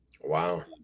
Wow